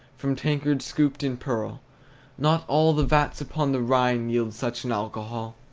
from tankards scooped in pearl not all the vats upon the rhine yield such an alcohol!